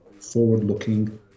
forward-looking